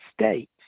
state